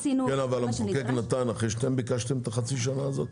אבל המחוקק נתן אחרי שאתם ביקשתם את החצי שנה הזאת?